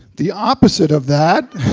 the opposite of that